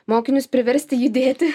mokinius priversti judėti